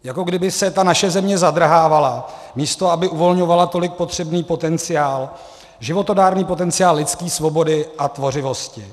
Jako kdyby se ta naše země zadrhávala, místo aby uvolňovala tolik potřebný potenciál, životodárný potenciál lidské svobody a tvořivosti.